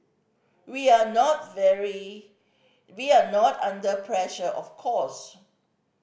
we are not very we are not under pressure of course